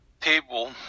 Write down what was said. table